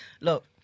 look